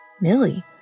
Millie